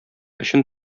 өчен